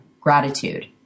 gratitude